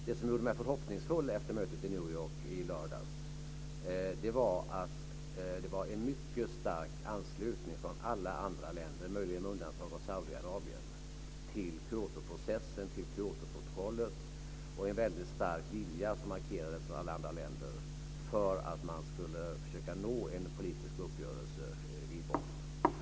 Det som gjorde mig förhoppningsfull efter mötet i New York i lördags var att det var en mycket stark anslutning från alla andra länder, möjligen med undantag av Saudiarabien, till Kyotoprocessen och Kyotoprotokollet. Det var också en väldigt stark vilja som markerades från alla andra länder för att man skulle försöka nå en politisk uppgörelse i Bonn.